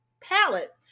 palette